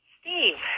Steve